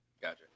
gotcha